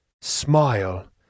smile